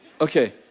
Okay